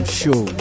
show